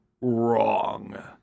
wrong